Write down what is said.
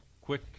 quick